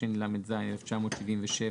התשל"ז-1977